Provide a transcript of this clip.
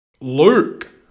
Luke